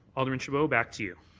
alderman chabot, back to you.